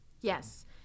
Yes